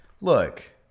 look